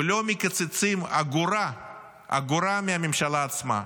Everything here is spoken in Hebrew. ולא מקצצים אגורה מהממשלה עצמה.